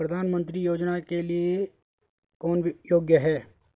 प्रधानमंत्री योजना के लिए कौन योग्य है?